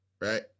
Right